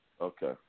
Okay